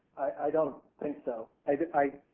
i donit think so. i i